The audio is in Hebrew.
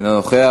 אינו נוכח.